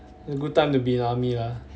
good time to be in the army lah